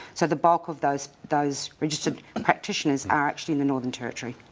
so the bulk of those those registered practitioners are actually in the northern territory.